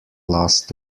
last